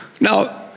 Now